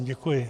Děkuji.